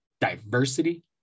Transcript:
diversity